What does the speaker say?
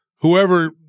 whoever